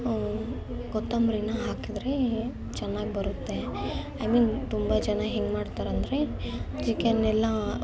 ಕೊತ್ತಂಬ್ರಿನ ಹಾಕಿದರೆ ಚೆನ್ನಾಗಿ ಬರುತ್ತೆ ಐ ಮೀನ್ ತುಂಬ ಜನ ಹೆಂಗೆ ಮಾಡ್ತಾರೆಂದ್ರೆ ಚಿಕನ್ನೆಲ್ಲ